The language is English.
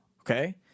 okay